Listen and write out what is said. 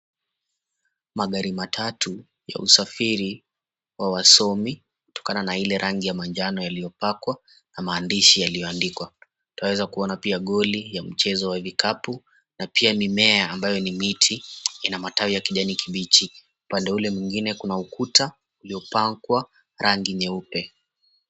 Magari matatu ya uisafiri wa wasomi kutokana na ile rangi ya manjano yaliyopakwa na maandishi iliyoandikwa. Twaweza kunaona pia goli ya mchezo wa vikapu na pia mimea ambayo ni miti ina matawi ya kijani kibichi. Upande ule mwingine kuna ukuta uliopakwa rangi nyeupe